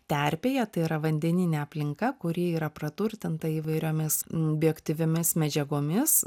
terpėje tai yra vandeninė aplinka kuri yra praturtinta įvairiomis bioaktyviomis medžiagomis